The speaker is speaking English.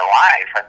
life